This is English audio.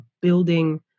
building